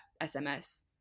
sms